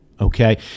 Okay